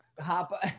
hop